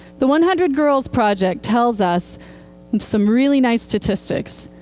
the one hundred girls project tells us some really nice statistics.